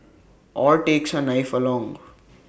or takes A knife along